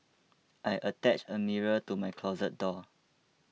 I attached a mirror to my closet door